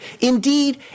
Indeed